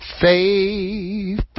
Faith